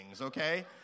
okay